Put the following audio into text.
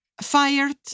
Fired